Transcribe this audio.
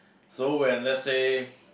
so when let's say